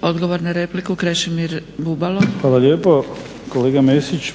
Bubalo. **Bubalo, Krešimir (HDSSB)** Hvala lijepo. Kolega Mesić,